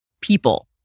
people